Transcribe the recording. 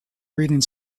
reading